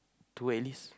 two at least